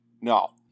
No